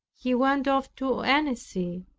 he went off to annecy,